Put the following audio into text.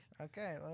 Okay